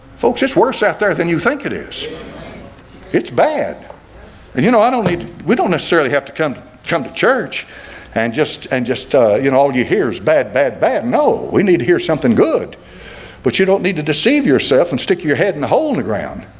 folks it's worse out there than you think it is it's bad and you know, i don't need we don't necessarily have to come come to church and just and just you know all you hear is bad bad bad. no, we need to hear something good but you don't need to deceive yourself and stick your head and hold the ground.